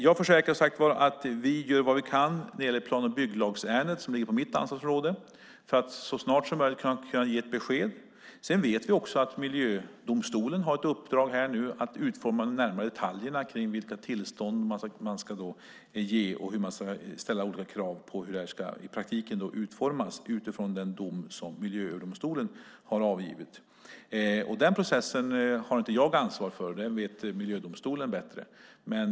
Jag försäkrar, som sagt var, att vi gör vad vi kan när det gäller plan och bygglagsärendet, som ligger inom mitt ansvarsområde, för att så snart som möjligt kunna ge ett besked. Vi vet också att miljödomstolen har ett uppdrag att utforma de närmare detaljerna kring vilka tillstånd man ska ge och vilka olika krav man ska ställa på utformningen av det här i praktiken utifrån den dom som Miljööverdomstolen har avgivit. Den processen har inte jag ansvar för - den kan miljödomstolen bättre.